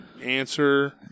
answer